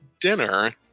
dinner